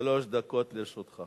שלוש דקות לרשותך.